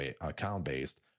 account-based